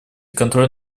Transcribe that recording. контроля